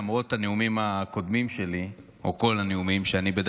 למרות הנאומים הקודמים שלי או כל הנאומים שבהם אני